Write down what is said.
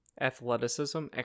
athleticism